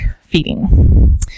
feeding